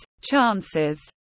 chances